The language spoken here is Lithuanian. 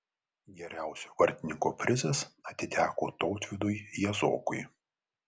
geriausio vartininko prizas atiteko tautvydui jazokui